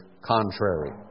contrary